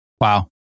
Wow